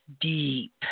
deep